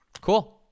Cool